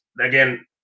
again